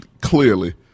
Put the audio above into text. Clearly